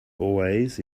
always